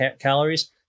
calories